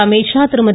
Amit Shah Thirumathi